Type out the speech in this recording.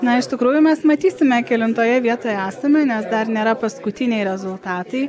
na iš tikrųjų mes matysime kelintoje vietoje esame nes dar nėra paskutiniai rezultatai